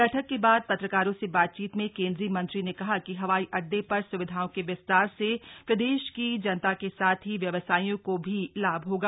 बैठक के बाद त्रकारो से बातचीत मे केन्दीय मंत्री ने कहा कि हवाई अडडे र सुविधाओ के विस्तार से प्रदेश की जनता को साथ ही व्यवसायियो को भी लाभ होगा